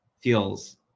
feels